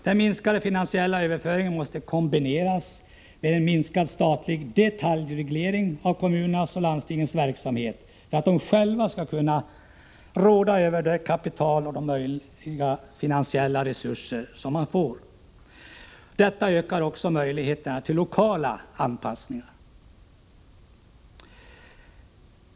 Den minskade finansiella överföringen måste kombineras med en minskad statlig detaljreglering av kommunernas och landstingens verksamhet för att de själva skall kunna råda över det kapital och de finansiella resurser som de får. Detta ökar också möjligheterna till lokala anpassningar.